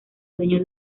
dueño